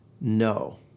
No